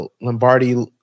Lombardi